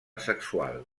sexual